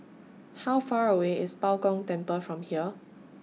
How Far away IS Bao Gong Temple from here